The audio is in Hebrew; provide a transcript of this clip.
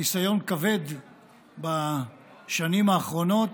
ניסיון כבד בשנים האחרונות,